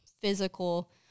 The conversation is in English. physical